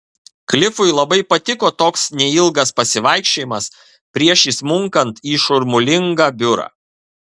klifui labai patiko toks neilgas pasivaikščiojimas prieš įsmunkant į šurmulingą biurą